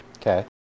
Okay